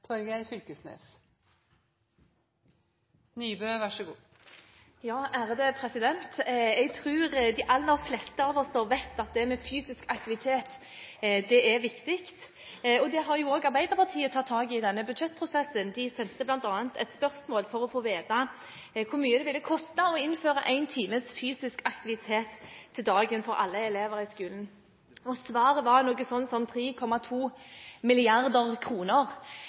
viktig. Det har også Arbeiderpartiet tatt tak i i denne budsjettprosessen. De sendte bl.a. et spørsmål for å få vite hvor mye det ville koste å innføre én times fysisk aktivitet om dagen for alle elever i skolen, og svaret var noe sånt som 3,2